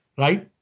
right?